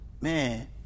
man